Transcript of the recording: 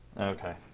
Okay